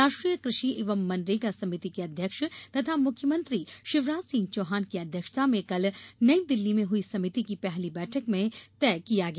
राष्ट्रीय कृषि एवं मनरेगा समिति के अध्यक्ष तथा मुख्यमंत्री शिवराज सिंह चौहान की अध्यक्षता में कल नई दिल्ली में हुई समिति की पहली बैठक में तय किया गया